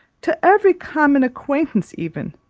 to every common acquaintance even,